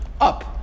up